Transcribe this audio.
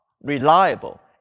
reliable